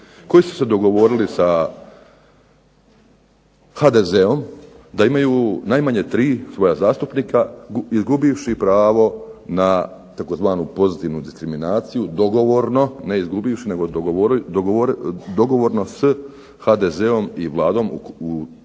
koji su se dogovorili sa HDZ-om da imaju najmanje tri svoja zastupnika izgubivši pravo na tzv. pozitivnu diskriminaciju, dogovorno, ne izgubivši nego dogovorno s HDZ-om i Vladom jesu